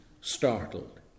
startled